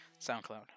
SoundCloud